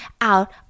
out